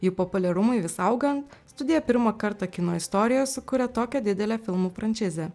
jų populiarumui vis augant studija pirmą kartą kino istorijoj sukūrė tokią didelę filmų franšizę